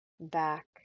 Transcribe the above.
back